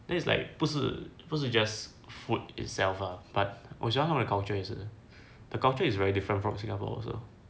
then it's like 不是不是 just food itself lah but 我觉得他们的 culture 也是 the culture there is very different from singapore also